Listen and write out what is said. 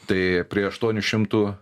tai prie aštuonių šimtų